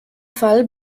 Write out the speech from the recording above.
fall